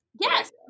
Yes